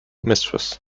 mrs